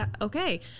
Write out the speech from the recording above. Okay